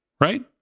right